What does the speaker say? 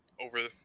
over